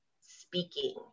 speaking